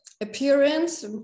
appearance